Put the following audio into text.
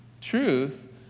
Truth